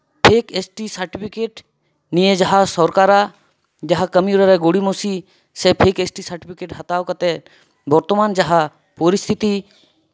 fake S T certificate ᱱᱤᱭᱮ ᱡᱟᱦᱟᱸ ᱥᱚᱨᱠᱟᱨᱟᱜ ᱡᱟᱦᱟᱸ ᱠᱟᱹᱢᱤ ᱦᱚᱨᱟ ᱨᱮ ᱜᱚᱲᱤᱢᱚᱥᱤ ᱥᱮ ᱯᱷᱮᱹᱠ ᱮᱥ ᱴᱤ ᱥᱟᱨᱴᱤᱯᱷᱤᱠᱮᱹᱴ ᱦᱟᱛᱟᱣ ᱠᱟᱛᱮᱜ ᱵᱚᱨᱛᱚᱢᱟᱱ ᱡᱟᱦᱟᱸ ᱯᱚᱨᱤᱥᱛᱷᱤᱛᱤ